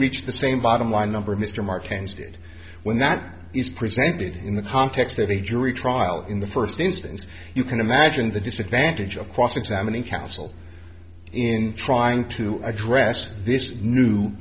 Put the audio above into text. reached the same bottom line number mr mark ames did well not is presented in the context of the jury trial in the first instance you can imagine the disadvantage of cross examining counsel in trying to address this new